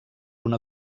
una